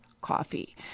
coffee